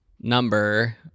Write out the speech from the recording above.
number